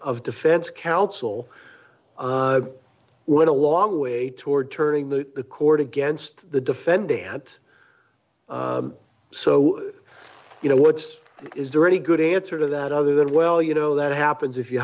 of defense counsel went a long way toward turning the court against the defendant so you know what's is there any good answer to that other than well you know that happens if you